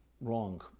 wrong